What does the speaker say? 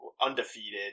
undefeated